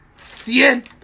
Cien